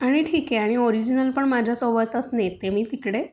आणि ठीक आहे आणि ओरिजिनल पण माझ्यासोबतच नेते मी तिकडे